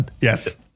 Yes